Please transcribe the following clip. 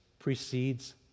precedes